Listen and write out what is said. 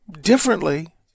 differently